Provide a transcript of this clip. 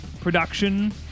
production